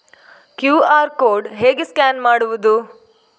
QR code ಹೇಗೆ scan ಮಾಡುವುದು?